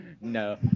No